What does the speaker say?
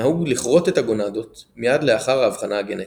נהוג לכרות את הגונדות מייד לאחר האבחנה הגנטית.